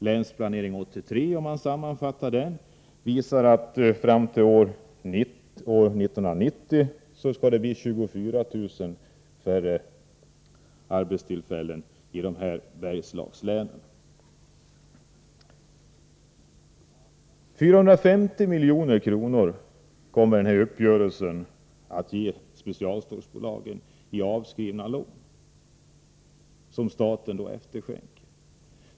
Länsplanering 83 — en sammanfatting av den — visar att det fram till år 1990 skall bli 24 000 färre arbetstillfällen i Bergslagslänen. Staten kommer i den här uppgörelsen att efterskänka 450 milj.kr. av sina lån till specialstålsbolagen.